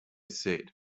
said